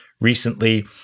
recently